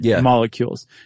molecules